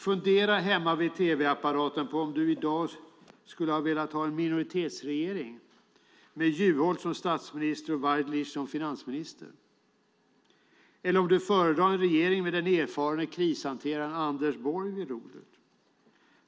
Fundera hemma vid tv-apparaterna på om du i dag skulle ha velat ha en minoritetsregering med Juholt som statsminister och Waidelich som finansminister, eller om du föredrar en regering med den erfarne krishanteraren Anders Borg vid rodret.